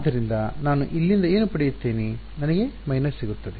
ಆದ್ದರಿಂದ ನಾನು ಇಲ್ಲಿಂದ ಏನು ಪಡೆಯುತ್ತೇನೆ ನನಗೆ ಮೈನಸ್ ಸಿಗುತ್ತದೆ